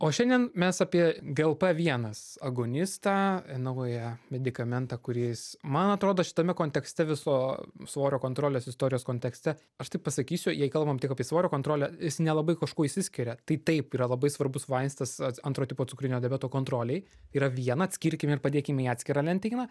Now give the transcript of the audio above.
o šiandien mes apie glp vienas agonistą naują medikamentą kuris man atrodo šitame kontekste viso svorio kontrolės istorijos kontekste aš taip pasakysiu jei kalbam tik apie svorio kontrolę jis nelabai kažkuo išsiskiria tai taip yra labai svarbus vaistas antro tipo cukrinio diabeto kontrolei yra viena atskirkim ir padėkim į atskirą lentyną